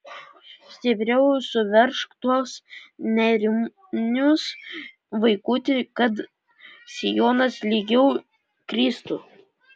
stipriau suveržk tuos nėrinius vaikuti kad sijonas lygiau kristų